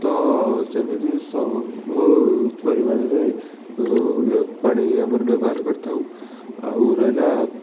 ତ ସେମିତି ସ ବହୁତ ପରିମାଣରେ ପାଣି ଆମର ବ୍ୟବହାର କରିଥାଉ ଆଉ ରହିଲା